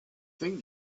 think